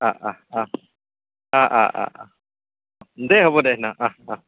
অঁ অঁ অঁ অঁ অঁ অঁ অঁ দে হ'ব দে ন অঁ অঁ